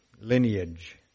lineage